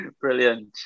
Brilliant